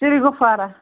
سِیٖرِی گُپوارا